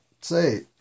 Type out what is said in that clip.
say